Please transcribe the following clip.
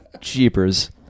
Jeepers